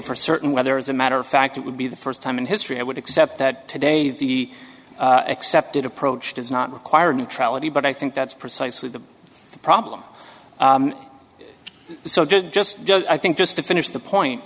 for certain whether as a matter of fact it would be the first time in history i would accept that today the accepted approach does not require neutrality but i think that's precisely the problem so it just just does i think just to finish the point